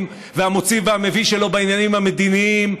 והמוציא והמביא שלו בעניינים המדיניים,